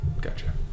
Gotcha